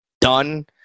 done